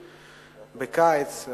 בקיץ,